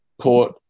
Port